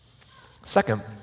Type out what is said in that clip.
Second